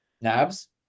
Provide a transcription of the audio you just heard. nabs